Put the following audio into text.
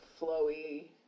flowy